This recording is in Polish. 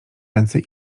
ręce